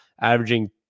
averaging